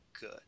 good